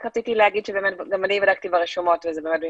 רק רציתי לומר שגם אני בדקתי ברשומות וזה באמת "במפורש".